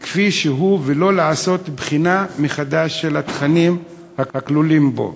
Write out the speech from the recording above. כפי שהוא ולא לעשות בחינה מחדש של התכנים הכלולים בו,